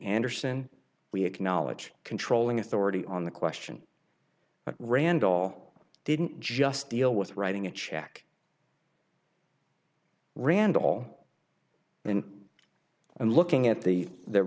anderson we acknowledge controlling authority on the question of randall didn't just deal with writing a check randall and i'm looking at the